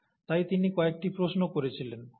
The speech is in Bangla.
তাই তিনি কয়েকটি প্রশ্ন করেছিলেন